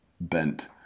bent